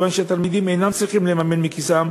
כיוון שהתלמידים אינם צריכים לממן מכיסם